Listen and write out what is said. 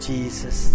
Jesus